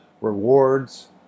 rewards